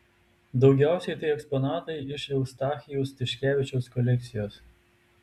daugiausiai tai eksponatai iš eustachijaus tiškevičiaus kolekcijos